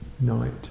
Night